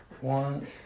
one